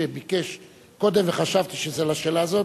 שביקש קודם וחשבתי שזה לשאלה הזאת,